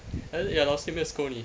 then your 老师 scold 你